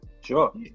Sure